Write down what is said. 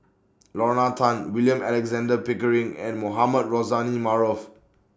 Lorna Tan William Alexander Pickering and Mohamed Rozani Maarof